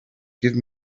give